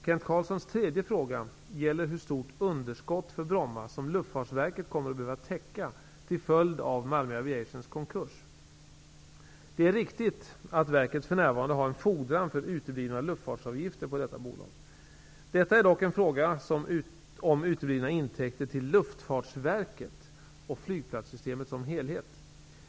Kent Carlssons tredje fråga gäller hur stort underskott för Bromma som Luftfartsverket kommer att behöva täcka till följd av Malmö Aviations konkurs. Det är riktigt att verket för närvarande har en fordran för uteblivna luftfartsavgifter på detta bolag. Detta är dock en fråga om uteblivna intäkter till Luftfartsverket och flygplatssystemet som helhet.